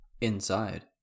Inside